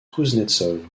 kouznetsov